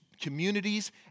communities